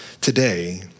today